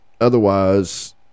otherwise